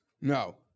No